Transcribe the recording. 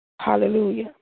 Hallelujah